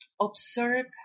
Observe